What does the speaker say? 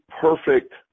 perfect